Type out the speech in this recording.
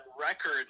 record